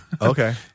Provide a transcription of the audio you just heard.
Okay